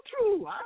true